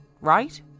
Right